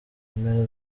mpera